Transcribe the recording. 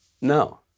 No